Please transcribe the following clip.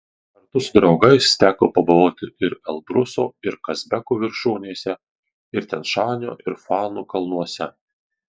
kartu su draugais teko pabuvoti ir elbruso ir kazbeko viršūnėse ir tian šanio ir fanų kalnuose